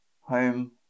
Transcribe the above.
home